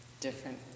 different